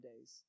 days